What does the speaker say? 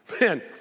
Man